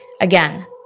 Again